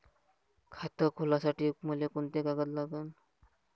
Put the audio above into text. खात खोलासाठी मले कोंते कागद लागन?